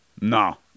No